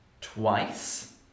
twice